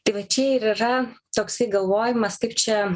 tai va čia ir yra toksai galvojimas kaip čia